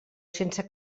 sense